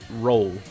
Roll